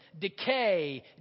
decay